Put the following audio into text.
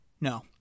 no